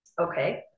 okay